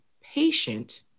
patient